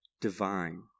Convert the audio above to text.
divine